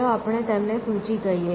ચાલો આપણે તેમને સૂચિ કહીએ